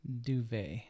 duvet